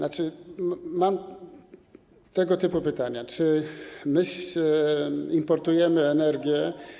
Mam tego typu pytania: Czy importujemy energię?